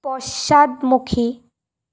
পশ্চাদমুখী